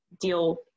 deal